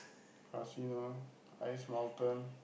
casino ice mountain